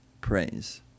praise